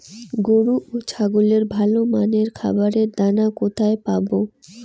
গরু ও ছাগলের ভালো মানের খাবারের দানা কোথায় পাবো?